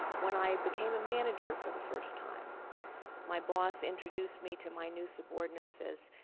when i became a manager for the first time my boss introduced me to my new subordinates as,